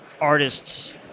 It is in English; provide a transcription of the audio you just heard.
artists